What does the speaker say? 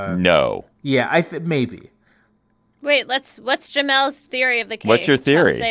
no. yeah, i thought maybe right. let's let's. jamal's theory of like what's your theory?